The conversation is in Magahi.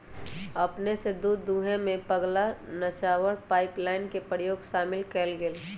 अपने स दूध दूहेमें पगला नवाचार पाइपलाइन के प्रयोग शामिल कएल गेल